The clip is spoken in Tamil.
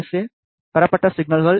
ஏ பெறப்பட்ட சிக்னல் எல்